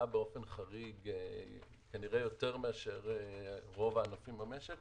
באופן חריג כנראה יותר מאשר רוב הענפים במשק,